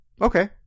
okay